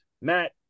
Matt